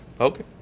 Okay